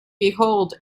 behold